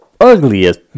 ugliest